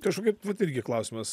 kažkaip vat irgi klausimas